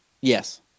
Yes